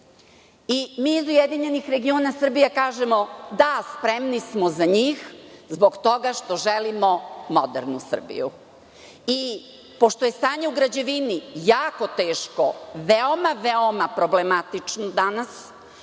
Mi iz URS kažemo – da, spremni smo za njih zbog toga što želimo modernu Srbiju. Pošto je stanje u građevini jako teško, veoma, veoma problematično danas,